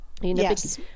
Yes